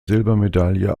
silbermedaille